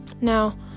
Now